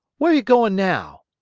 where ye goin' now?